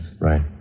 Right